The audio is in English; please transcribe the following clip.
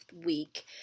week